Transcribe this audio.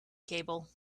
cable